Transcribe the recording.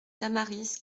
tamaris